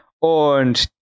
und